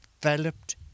developed